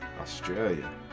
Australia